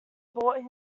brought